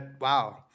Wow